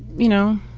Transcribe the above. you know,